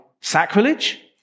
sacrilege